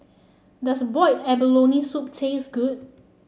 does Boiled Abalone Soup taste good